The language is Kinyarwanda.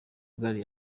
gare